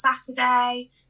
saturday